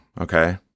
okay